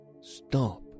stop